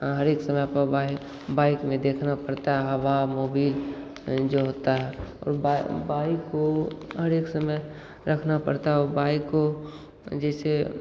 हाँ हर एक समय पर बाई बाइक में देखने पड़ता है हवा मोबिल जो होता है और बा बाइक को हर एक समय रखना पड़ता हो बाइक को जैसे